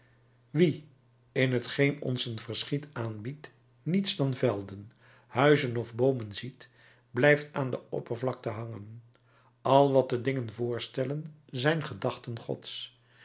wie in t geen ons een verschiet aanbiedt niets dan velden huizen of boomen ziet blijft aan de oppervlakte hangen al wat de dingen voorstellen zijn gedachten gods